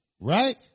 right